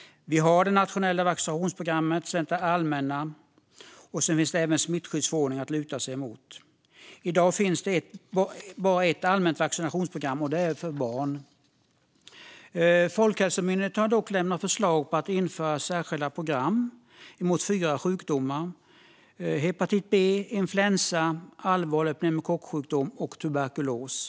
Vi har det nationella vaccinationsprogrammet och det allmänna. Sedan finns också smittskyddsförordningen att luta sig mot. I dag finns bara ett allmänt vaccinationsprogram, och det är för barn. Folkhälsomyndigheten har dock lämnat förslag om att införa särskilda program mot fyra sjukdomar: hepatit B, influensa, allvarlig pneumokocksjukdom och tuberkulos.